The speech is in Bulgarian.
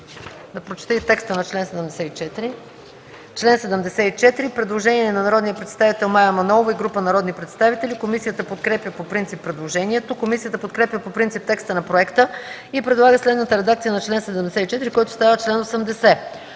събрание.” По чл. 74 има предложение от народния представител Мая Манолова и група народни представители. Комисията подкрепя по принцип предложението. Комисията подкрепя по принцип текста на проекта и предлага следната редакция на чл. 74, който става чл. 80: